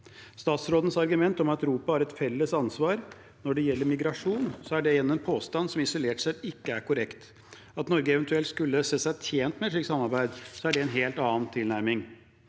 argument om at Europa har et felles ansvar når det gjelder migrasjon, er igjen en påstand som isolert sett ikke er korrekt. At Norge eventuelt skulle se seg tjent med et slikt samarbeid, er en helt annen tilnærming.